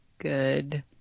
good